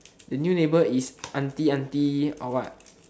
the new neighbour is auntie auntie or what